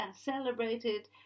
celebrated